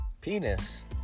Penis